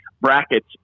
brackets